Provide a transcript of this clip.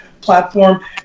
platform